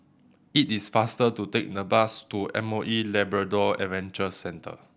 it is faster to take the bus to M O E Labrador Adventure Centre